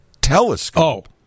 Telescope